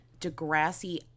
Degrassi